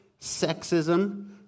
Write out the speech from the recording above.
sexism